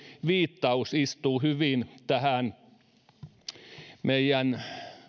viittaus istuu hyvin meidän